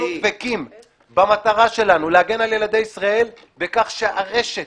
אנחנו דבקים במטרה שלנו להגן על ילדי ישראל בכך שהרשת